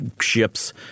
ships